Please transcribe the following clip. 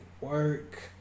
work